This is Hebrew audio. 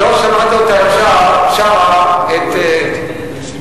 לא שמעת אותה שרה את שירי